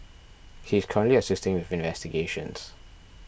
he is currently assisting with investigations